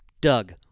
Doug